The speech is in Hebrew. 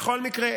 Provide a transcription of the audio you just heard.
בכל מקרה,